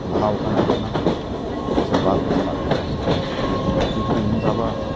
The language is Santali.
ᱞᱟᱦᱟ ᱟᱠᱟᱱ ᱛᱟᱦᱮᱱᱟ ᱥᱮ ᱵᱟᱠᱚ ᱪᱟᱞᱟᱜ ᱠᱟᱱ ᱛᱟᱦᱮᱱᱟ ᱠᱤᱱᱛᱩ ᱤᱧ ᱵᱟᱵᱟ